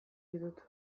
ditut